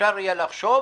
אפשר יהיה לחשוב,